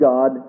God